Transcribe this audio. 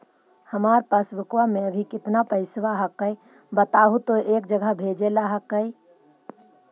हमार पासबुकवा में अभी कितना पैसावा हक्काई बताहु तो एक जगह भेजेला हक्कई?